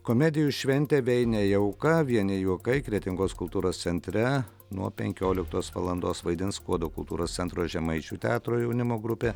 komedijų šventė veine jauka vieni juokai kretingos kultūros centre nuo penkioliktos valandos vaidins skuodo kultūros centro žemaičių teatro jaunimo grupė